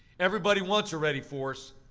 everybody wants a ready force,